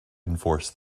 enforce